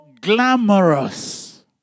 glamorous